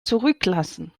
zurücklassen